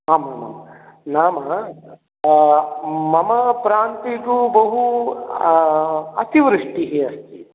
आम् आम् आम् नाम मम प्रान्ते तु बहु अतिवृष्टिः अस्ति